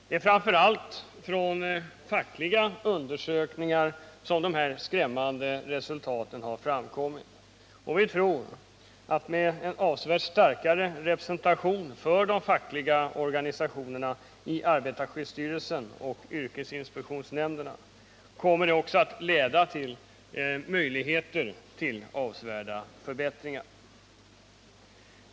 Det är framför allt från fackliga undersökningar som dessa skrämmande resultat har framkommit, och vi tror att en avsevärt starkare representation för de fackliga organisationerna i arbetarskyddsstyrelsen och yrkesinspektionsnämnderna kommer att leda till avsevärda förbättringar.